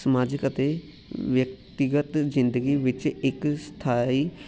ਸਮਾਜਿਕ ਅਤੇ ਵਿਅਕਤੀਗਤ ਜ਼ਿੰਦਗੀ ਵਿੱਚ ਇੱਕ ਸਥਾਈ